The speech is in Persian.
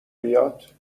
بیاد